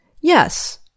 Yes